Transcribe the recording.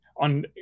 on